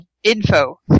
Info